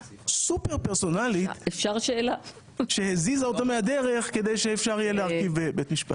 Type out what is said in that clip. סופר פרסונלית שהזיזה אותו המדרך כדי שיהיה אפשר להרכיב בית משפט.